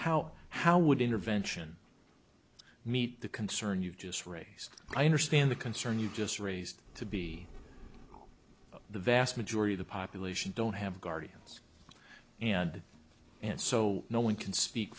how how would intervention meet the concern you just raise i understand the concern you just raised to be the vast majority of the population don't have guardians and so no one can speak